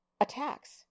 attacks